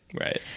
right